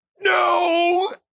no